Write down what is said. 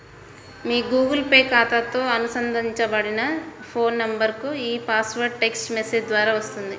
మీ Google Pay ఖాతాతో అనుబంధించబడిన phone నంబర్కు ఈ పాస్వర్డ్ టెక్ట్స్ మెసేజ్ ద్వారా వస్తుంది